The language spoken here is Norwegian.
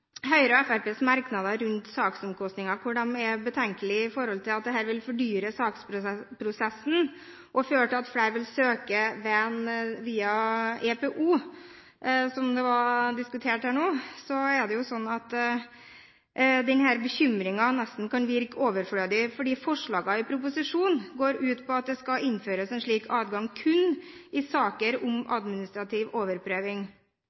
og Fremskrittspartiets merknader rundt saksomkostninger, hvor de er bekymret for at dette vil fordyre saksprosessen og føre til at flere vil gå veien via EPO, som ble diskutert her nå, er det jo slik at den bekymringen nesten kan virke overflødig, for forslagene i proposisjonen går ut på at det skal innføres en slik adgang kun i saker som handler om administrativ overprøving.